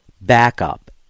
backup